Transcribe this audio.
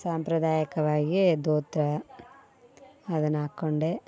ಸಾಂಪ್ರದಾಯಿಕವಾಗಿ ಧೋತ್ರ ಅದನ್ನು ಹಾಕ್ಕೊಂಡೇ